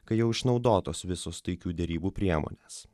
kai jau išnaudotos visos taikių derybų priemones